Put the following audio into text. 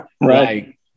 right